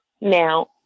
Now